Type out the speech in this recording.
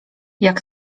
jak